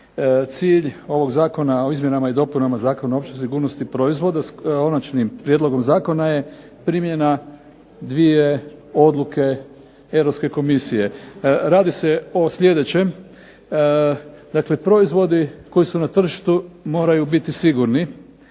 Cilj ovog Zakona o izmjenama i dopunama Zakona o općoj sigurnosti proizvoda, s konačnim prijedlogom zakona, je primjena dvije odluke Europske Komisije. Radi se o sljedećem, dakle proizvodi koji su na tržištu moraju biti sigurni,